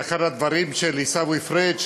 לאחר הדברים של עיסאווי פריג',